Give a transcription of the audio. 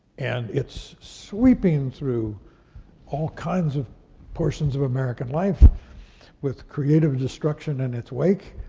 and it's sweeping through all kinds of portions of american life with creative destruction in its wake,